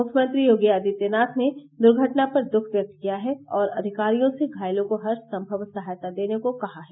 मुख्यमंत्री योगी आदित्यनाथ ने दुर्घटना पर दुख व्यक्त किया है और अधिकारियों से घायलों को हरसंभव सहायता देने को कहा है